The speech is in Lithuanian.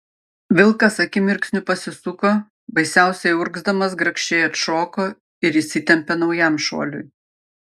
vilkas akimirksniu pasisuko baisiausiai urgzdamas grakščiai atšoko ir įsitempė naujam šuoliui